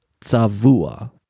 tzavua